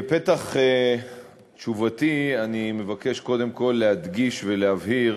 בפתח תשובתי אני מבקש קודם כול להדגיש ולהבהיר